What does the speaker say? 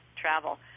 travel